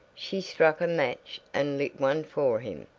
she struck a match and lit one for him.